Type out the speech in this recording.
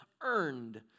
earned